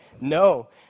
No